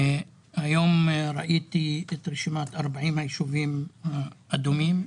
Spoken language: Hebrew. היום ראיתי את רשימת 40 היישובים אדומים,